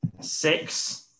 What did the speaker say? six